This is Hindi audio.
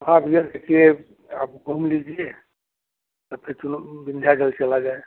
हाँ भैया देखिए आप घूम लीजिए तब तक चलो विंध्याचल चला जाए